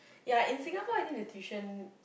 ya in Singapore I think the tuition